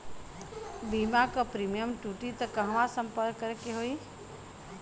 बीमा क प्रीमियम टूटी त कहवा सम्पर्क करें के होई?